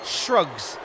shrugs